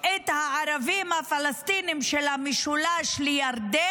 את הערבים הפלסטינים של המשולש לירדן,